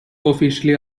officially